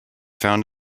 found